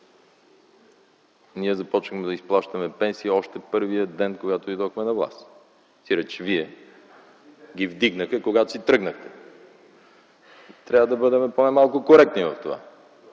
ние започваме да изплащаме пенсии още първия ден, когато идвахме на власт. Сиреч Вие ги вдигнахте, когато си тръгнахте. Трябва да бъдем поне малко коректни в това.